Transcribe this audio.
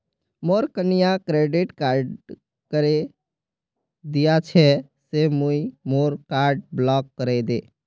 मोर कन्या credit card हरें दिया छे से तुई मोर कार्ड ब्लॉक करे दे